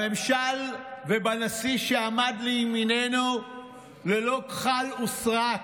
בממשל ובנשיא שעמד לימיננו ללא כחל וסרק,